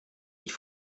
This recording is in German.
ich